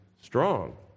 strong